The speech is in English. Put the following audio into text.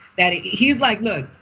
that he's like, look,